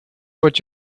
what